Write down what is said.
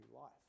life